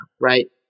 right